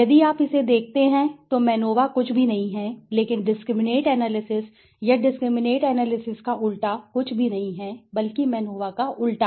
यदि आप इसे देखते हैं तो मैनोवा कुछ भी नहीं है लेकिन डिस्क्रिमिनैंट एनालिसिस या डिस्क्रिमिनैंट एनालिसिस का उल्टा कुछ भी नहीं है बल्कि मैनोवा का उलटा है